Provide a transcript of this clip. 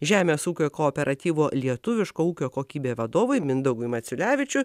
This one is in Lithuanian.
žemės ūkio kooperatyvo lietuviško ūkio kokybė vadovui mindaugui maciulevičiui